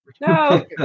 No